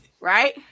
right